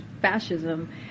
fascism